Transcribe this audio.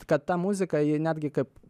kad ta muzika ji netgi kaip